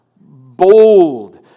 bold